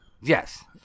Yes